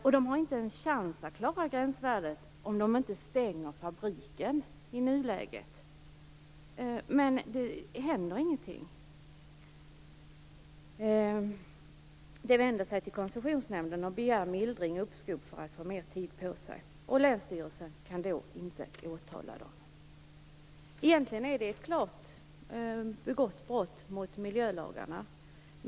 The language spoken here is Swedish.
De har i nuläget inte en chans att klara gränsvärdet, om de inte stänger fabriken. Men det händer ingenting. Bolagen vänder sig till Koncessionsnämnden och begär mildring eller uppskov, för att få mer tid på sig. Länsstyrelsen kan då inte åtala dem. Egentligen är det ett klart brott mot miljölagarna.